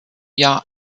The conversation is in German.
jahr